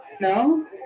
No